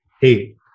Hey